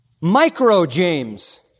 Micro-James